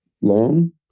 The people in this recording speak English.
long